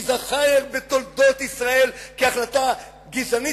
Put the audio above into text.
זה ייזכר בתולדות ישראל כהחלטה גזענית,